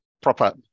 proper